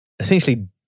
essentially